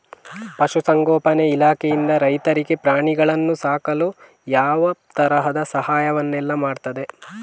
ಪಶುಸಂಗೋಪನೆ ಇಲಾಖೆಯಿಂದ ರೈತರಿಗೆ ಪ್ರಾಣಿಗಳನ್ನು ಸಾಕಲು ಯಾವ ತರದ ಸಹಾಯವೆಲ್ಲ ಮಾಡ್ತದೆ?